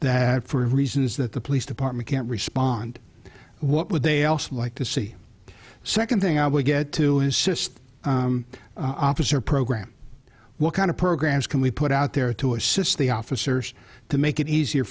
that for reasons that the police department can't respond to what would they also like to see the second thing i would get to assist officer program what kind of programs can we put out there to assist the officers to make it easier